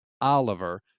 Oliver